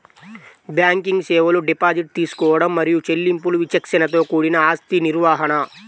banking సేవలు deposit తీసుకోవడం మరియు చెల్లింపులు విచక్షణతో కూడిన ఆస్తి నిర్వహణ,